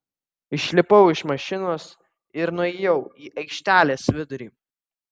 išlipau iš mašinos ir nuėjau į aikštelės vidurį